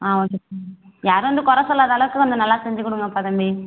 ஆ okay யாரும் வந்து குற சொல்லாத அளவுக்கு கொஞ்சம் நல்லா செஞ்சுக்கொடுங்கப்பா தம்பி